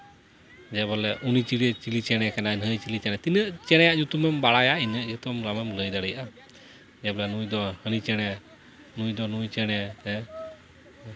ᱡᱮᱵᱚᱞᱮ ᱩᱱᱤ ᱪᱤᱞᱤ ᱪᱤᱞᱤ ᱪᱮᱬᱮ ᱠᱟᱱᱟᱭ ᱵᱷᱟᱹᱭ ᱪᱤᱞᱤ ᱪᱮᱬᱮ ᱠᱟᱱᱟᱭ ᱛᱤᱱᱟᱹᱜ ᱪᱮᱬᱮᱭᱟᱜ ᱧᱩᱛᱩᱢᱮᱢ ᱵᱟᱲᱟᱭᱟ ᱤᱱᱟᱹᱜ ᱜᱮ ᱛᱚ ᱟᱢᱮᱢ ᱞᱟᱹᱭ ᱫᱟᱲᱮᱭᱟᱜᱼᱟ ᱡᱮᱵᱚᱞᱮ ᱱᱩᱭ ᱫᱚ ᱦᱟᱱᱤ ᱪᱮᱬᱮ ᱱᱩᱭ ᱫᱚ ᱱᱩᱭ ᱪᱮᱬᱮ